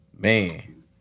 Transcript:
Man